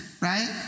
Right